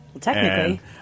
Technically